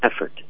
effort